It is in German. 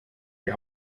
die